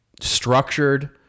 structured